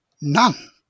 none